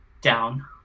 down